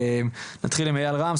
נתחיל עם איל רם,